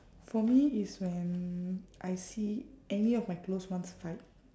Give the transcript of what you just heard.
for me it's when I see any of my close ones fight